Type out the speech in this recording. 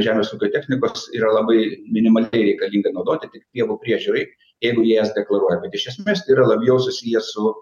žemės ūkio technikos yra labai minimaliai reikalinga naudoti tik pievų priežiūrai jeigu jie jas deklaruoja bet iš esmės tai yra labiau susiję su